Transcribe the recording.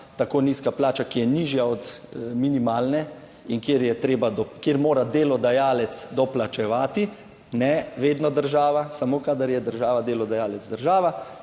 tako nizka plača, ki je nižja od minimalne in kjer je treba, kjer mora delodajalec doplačevati, ne vedno država, samo kadar je država delodajalec, država,